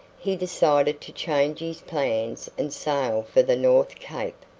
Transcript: he decided to change his plans and sail for the north cape,